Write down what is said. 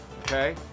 okay